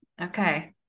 Okay